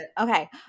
Okay